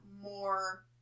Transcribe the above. more